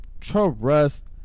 trust